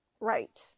right